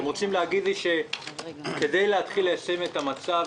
אתם רוצים להגיד לי שכדי להתחיל ליישם את המצב,